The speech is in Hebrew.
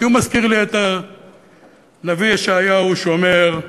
כי הוא מזכיר לי את הנביא ישעיהו שאומר: